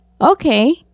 okay